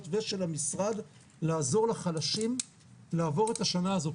ושל המשרד לעזור לחלשים לעבור את השנה הזו,